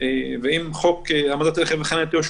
ועם חוק העמדת רכב בחנייה --- שהוא